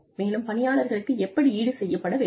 மேலும் பணியாளர்களுக்கு எப்படி ஈடுசெய்யப்பட வேண்டும்